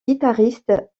guitariste